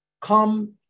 come